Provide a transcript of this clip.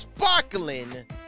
Sparkling